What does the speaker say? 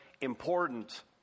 important